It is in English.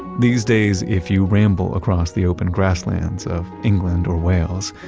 these days if you ramble across the open grasslands of england or wales,